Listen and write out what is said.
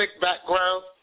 background